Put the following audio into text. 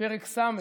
בפרק ס',